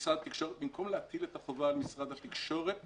במקום להטיל את החובה על משרד התקשורת,